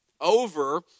over